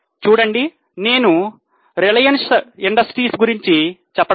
చూడండి నేను రిలయన్స్ పరిశ్రమ గురించి చెప్పడం లేదు